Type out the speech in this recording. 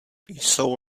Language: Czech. jsou